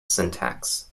syntax